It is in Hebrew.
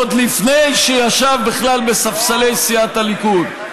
עוד לפני שישב בכלל בספסלי סיעת הליכוד,